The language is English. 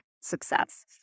success